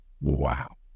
Wow